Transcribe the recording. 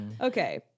Okay